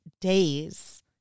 days